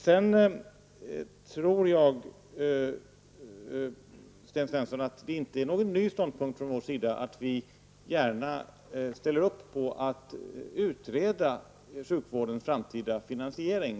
Sedan tror jag, Sten Svensson, att det inte är någon ny ståndpunkt från vår sida att vi gärna ställer upp på att utreda sjukvårdens framtida finansiering.